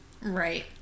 right